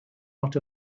not